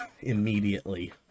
immediately